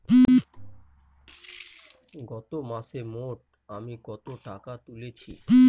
গত মাসে মোট আমি কত টাকা তুলেছি?